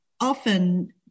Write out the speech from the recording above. often